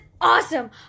awesome